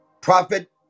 Prophet